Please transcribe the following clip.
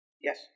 Yes